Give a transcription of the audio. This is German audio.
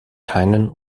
keinen